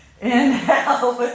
Inhale